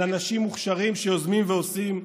על אנשים מוכשרים שיוזמים ועושים,